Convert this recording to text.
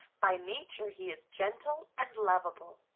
by nature he is gentle and lovable.